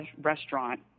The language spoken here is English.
restaurant